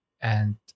and-